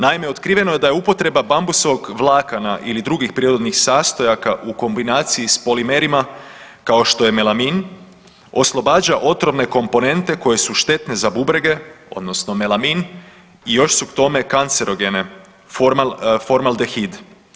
Naime, otkriveno je da je upotreba bambusovog vlakana ili drugih prirodnih sastojaka u kombinaciji s polimerima kao što je melamin oslobađa otrovne komponente koje su štetne za bubrege odnosno melamin i još su k tome kancerogene formal, formaldehid.